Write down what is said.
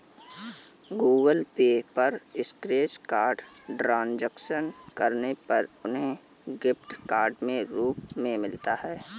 Google Pay पर scratch card transaction करने पर उन्हें गिफ्ट कार्ड के रूप में मिलता है